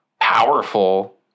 powerful